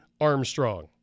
Armstrong